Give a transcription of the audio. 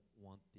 want